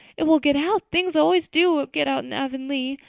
it will get out things always do get out in avonlea.